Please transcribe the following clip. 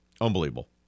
Unbelievable